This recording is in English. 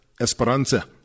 Esperanza